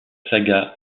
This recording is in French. saga